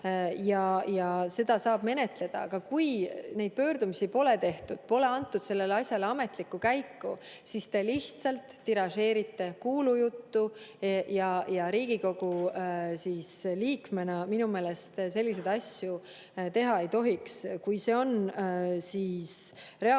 Seda saab menetleda. Kui seda pöördumist pole tehtud, kui pole antud sellele asjale ametlikku käiku, siis te lihtsalt tiražeerite kuulujuttu ja Riigikogu liikmena minu meelest selliseid asju teha ei tohiks. Kui see on reaalne